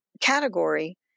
category